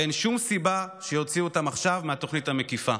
ואין שום סיבה שיוציאו אותם עכשיו מהתוכנית המקיפה.